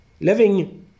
Living